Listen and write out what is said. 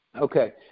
Okay